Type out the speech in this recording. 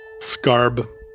Scarb